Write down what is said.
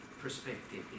perspective